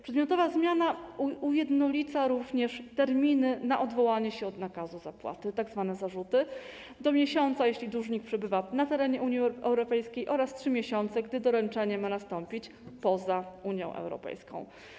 Przedmiotowa zmiana ujednolica również terminy na odwołanie się od nakazu zapłaty, tzw. zarzuty, do 1 miesiąca, jeśli dłużnik przebywa na terenie Unii Europejskiej, oraz 3 miesiące, gdy doręczenie ma nastąpić poza Unią Europejską.